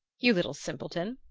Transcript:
you little simpleton,